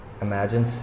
imagine